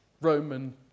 Roman